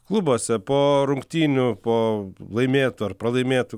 klubuose po rungtynių po laimėtų ar pralaimėtų